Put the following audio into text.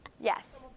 Yes